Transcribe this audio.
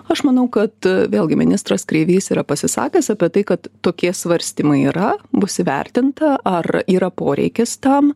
aš manau kad vėlgi ministras kreivys yra pasisakęs apie tai kad tokie svarstymai yra bus įvertinta ar yra poreikis tam